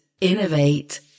Innovate